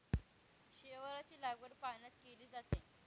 शेवाळाची लागवड पाण्यात केली जाते